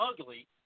ugly